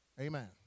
Amen